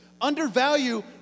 undervalue